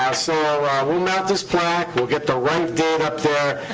um so ah we'll mount this plaque. we'll get the right date up there.